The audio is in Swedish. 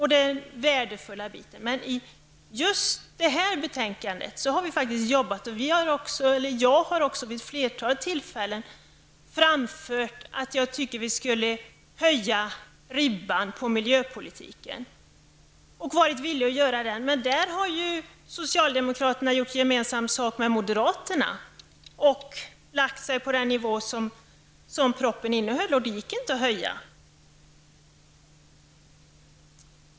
Men när det gäller just detta betänkande har vi varit med och arbetat. Jag har också vid ett flertal tillfällen framfört att vi skall höja ribban på miljöpolitikens område och varit villig att göra det. Men där har socialdemokraterna gjort gemensam sak med moderater och lagt sig på den nivå som propositionen föreslår, och den gick inte att höja.